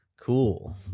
Cool